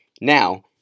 Now